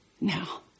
now